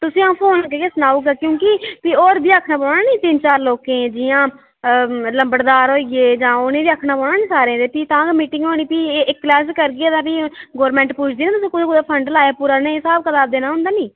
तुसें ई अ'ऊं फोन करियै सनाई ओड़गा क्योंकि भी होर बी आखना पौना निं तिन्न चार लोकें ई जि'यां लम्बड़दार होई गे जां उ'नें बी आखना पौना निं सारें ई ते तां गै मीटिंग होनी भी इक्कलै अस करगे भी गौरमेंट पुच्छदी निं कि तुसें कुत्थै कुत्थै फं'ड लाया पूरा इनें ई स्हाब कताब देना होंदा निं